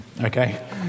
Okay